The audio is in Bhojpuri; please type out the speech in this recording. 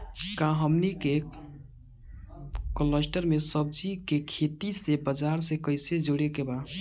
का हमनी के कलस्टर में सब्जी के खेती से बाजार से कैसे जोड़ें के बा?